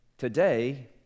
Today